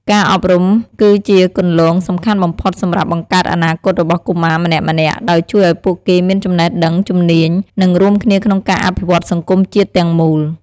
ការអប់រំគឺជាគន្លងសំខាន់បំផុតសម្រាប់បង្កើតអនាគតរបស់កុមារម្នាក់ៗ ដោយជួយឱ្យពួកគេមានចំណេះដឹង ជំនាញ និងរួមគ្នាក្នុងការអភិវឌ្ឍន៍សង្គមជាតិទាំងមូល។